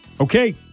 Okay